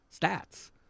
stats